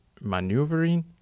maneuvering